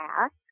Ask